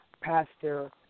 Pastor